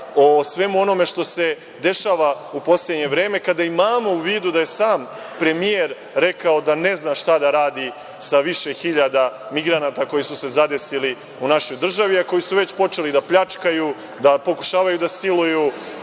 o svemu onome što se dešava u poslednje vreme kada imamo u vidu da je sam premijer rekao da ne zna šta da radi sa više hiljada migranata koji su se zadesili u našoj državi, a koji su već počeli da pljačkaju, da pokušavaju da siluju,